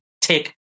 take